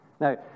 Now